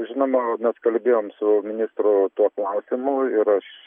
žinoma mes kalbėjom su ministru tuo klausimu ir aš